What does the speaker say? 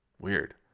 weird